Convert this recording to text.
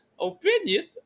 opinion